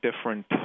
different